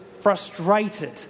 frustrated